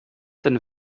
denn